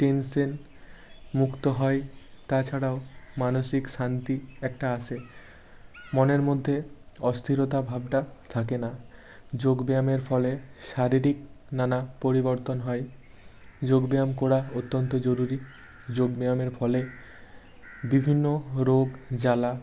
tension মুক্ত হয় তাছাড়াও মানসিক শান্তি একটা আসে মনের মধ্যে অস্থিরতা ভাবটা থাকে না যোগব্যায়ামের ফলে শারীরিক নানা পরিবর্তন হয় যোগব্যায়াম করা অত্যন্ত জরুরী যোগব্যায়ামের ফলে বিভিন্ন রোগ জ্বালা